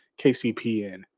KCPN